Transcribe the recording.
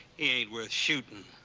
ain't worth shooting.